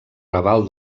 raval